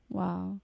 wow